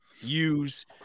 use